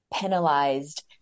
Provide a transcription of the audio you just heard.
penalized